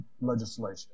legislation